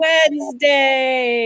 Wednesday